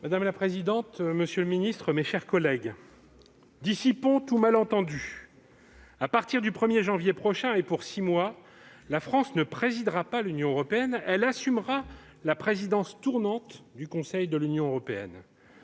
Madame la présidente, monsieur le ministre, mes chers collègues, dissipons tout malentendu : à partir du 1 janvier prochain et pour six mois, la France ne présidera pas l'Union européenne, mais assumera la présidence tournante du Conseil de l'Union européenne.